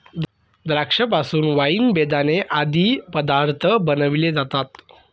द्राक्षा पासून वाईन, बेदाणे आदी पदार्थ बनविले जातात